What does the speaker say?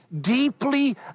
deeply